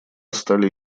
стали